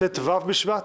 ט"ו בשבט,